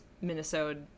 Minnesota